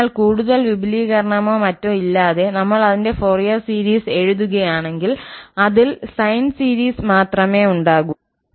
അതിനാൽ കൂടുതൽ വിപുലീകരണമോ മറ്റോ ഇല്ലാതെ നമ്മൾ അതിന്റെ ഫോറിയർ സീരീസ് എഴുതുകയാണെങ്കിൽ അതിൽ സൈൻ സീരീസ് മാത്രമേ ഉണ്ടാകൂ